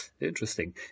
interesting